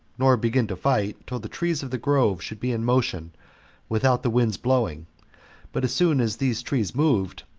nor begin to fight, till the trees of the grove should be in motion without the wind's blowing but as soon as these trees moved,